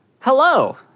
hello